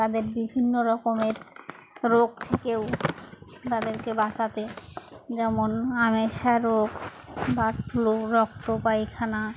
তাদের বিভিন্ন রকমের রোগ থেকেও তাদেরকে বাঁচাতে যেমন আমাশা রোগ বাট রক্ত পায়খানা